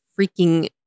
freaking